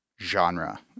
genre